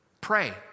pray